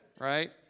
right